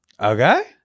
Okay